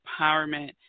empowerment